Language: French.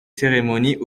cérémonies